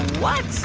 what?